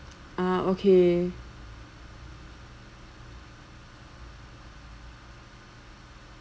ah okay